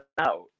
out